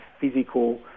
physical